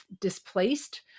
displaced